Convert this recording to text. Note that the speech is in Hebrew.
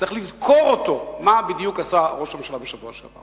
צריך לזכור מה בדיוק עשה ראש הממשלה בשבוע שעבר.